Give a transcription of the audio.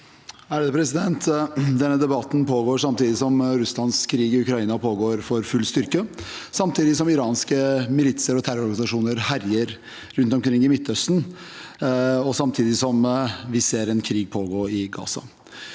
(H) Denne de- batten pågår samtidig som Russlands krig i Ukraina pågår for full styrke, samtidig som iranske militser og terrororganisasjoner herjer rundt omkring i Midtøsten, og samtidig som vi ser en krig pågå i Gaza.